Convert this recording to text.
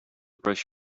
brush